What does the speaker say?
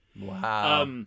Wow